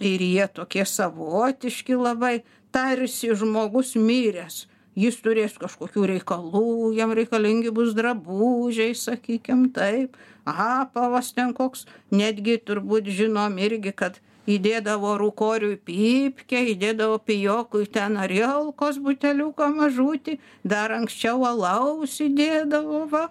ir jie tokie savotiški labai tarsi žmogus miręs jis turės kažkokių reikalų jam reikalingi bus drabužiai sakykim taip apavas ten koks netgi turbūt žinom irgi kad įdėdavo rūkoriui pypkę įdėdavo pijokui ten arielkos buteliuką mažutį dar anksčiau alaus įdėdavo va